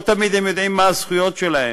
לא תמיד הם יודעים מה הזכויות שלהם,